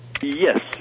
Yes